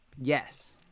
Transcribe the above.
Yes